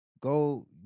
go